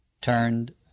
turned